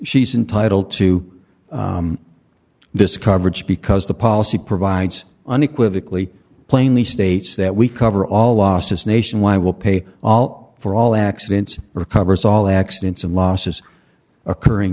she's entitled to this coverage because the policy provides unequivocally plainly states that we cover all losses nationwide will pay all for all accidents or covers all accidents and losses occurring